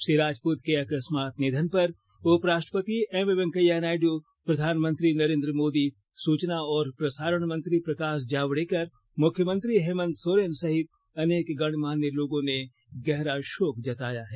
श्री राजपूत के अकस्मात निधन पर उपराष्ट्रपति एम वेंकैया नायडू प्रधानमंत्री नरेन्द्र मोदी सुचना एवं प्रसारण मंत्री प्रकाष जावडेकर मुख्यमंत्री हेमंत सोरेन सहित अनेक गणमान्य लोगों ने गहरा शोक जताया है